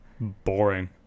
boring